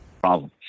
problem